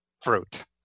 fruit